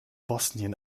bosnien